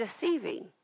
deceiving